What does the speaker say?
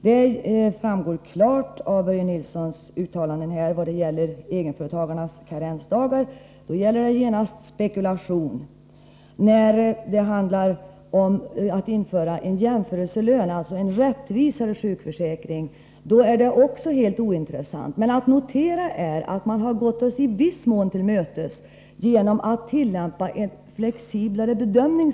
Det framgår klart av Börje Nilssons uttalanden här om karensdagarna för egenföretagare. I det sammanhanget menar man genast att det är fråga om spekulation. I stället handlar det ju om att införa en jämförelselön, som ger en rättvisare sjukförsäkring. Men även det är helt ointressant. Att notera är dock att man i viss mån gått oss till mötes när det gäller önskemålet om, som det heter, en flexiblare bedömning.